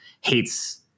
hates